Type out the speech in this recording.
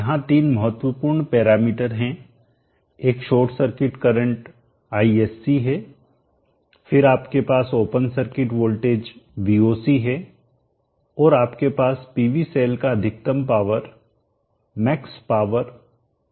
यहां तीन महत्वपूर्ण पैरामीटर हैं एक शॉर्ट सर्किट करंट ISC है फिरआपके पास ओपन सर्किट वोल्टेज Vocहै औरआपके पास पीवी सेल का अधिकतम पावर मैक्स पावर Pm है